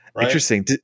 Interesting